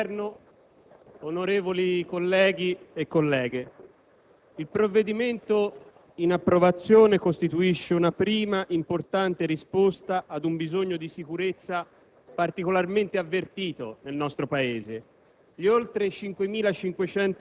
Signor Presidente, signor Ministro, rappresentanti del Governo, onorevoli colleghi e colleghe, il provvedimento in approvazione costituisce una prima importante risposta ad un bisogno di sicurezza